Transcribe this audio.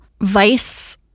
vice